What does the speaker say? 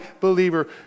believer